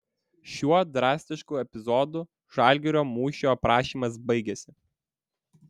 šiuo drastišku epizodu žalgirio mūšio aprašymas baigiasi